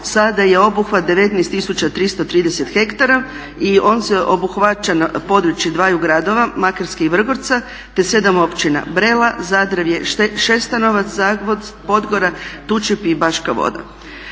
sada je obuhvat 19 330 hektara i on obuhvaća područje dvaju gradova, Makarske i Vrgorca, te sedam općina – Brela, Zadvarje, Šestanovac, Zagvozd, Podgora, Tučepi i Baška Voda.